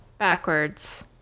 backwards